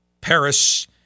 Paris